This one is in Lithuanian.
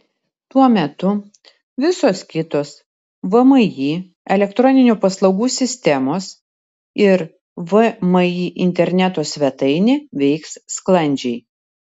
tuo metu visos kitos vmi elektroninių paslaugų sistemos ir vmi interneto svetainė veiks sklandžiai